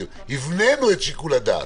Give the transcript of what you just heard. הבנינו את שיקול הדעת.